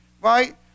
right